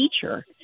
teacher